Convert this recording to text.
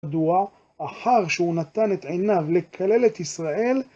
אחר שהוא נתן את עיניו לקלל את ישראל